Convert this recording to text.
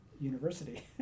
University